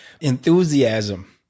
enthusiasm